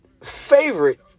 favorite